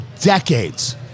decades